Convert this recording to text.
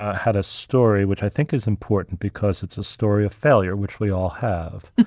had a story, which i think is important because it's a story of failure, which we all have,